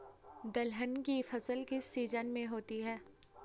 दलहन की फसल किस सीजन में होती है?